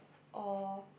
or